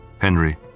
Henry